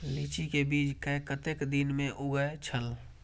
लीची के बीज कै कतेक दिन में उगे छल?